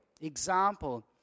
Example